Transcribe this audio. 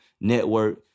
network